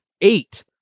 eight